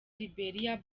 liberia